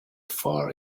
far